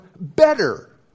better